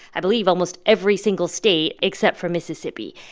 i believe, almost every single state except for mississippi.